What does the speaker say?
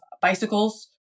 bicycles